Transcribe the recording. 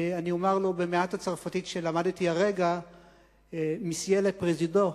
אני אומר לו במעט הצרפתית שלמדתי הרגע: Monsieur le Président,